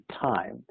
time